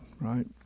right